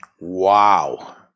Wow